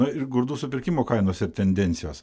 na ir grūdų supirkimo kainos ir tendencijos